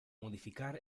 modificar